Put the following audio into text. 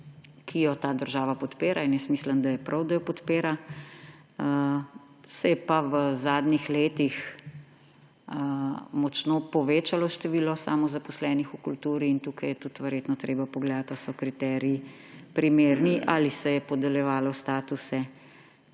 ki jo ta država podpira. Mislim, da je prav, da jo podpira. Se je pa v zadnjih letih močno povečalo število samozaposlenih v kulturi in tukaj je tudi verjetno treba pogledati, ali so kriteriji primerni, ali se je podeljevalo statuse